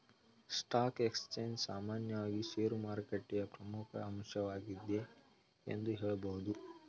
stock exchange ಸಾಮಾನ್ಯವಾಗಿ ಶೇರುಮಾರುಕಟ್ಟೆಯ ಪ್ರಮುಖ ಅಂಶವಾಗಿದೆ ಎಂದು ಹೇಳಬಹುದು